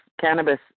cannabis